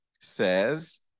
says